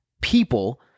people